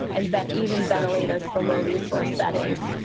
and then even ventilators for low resource settings.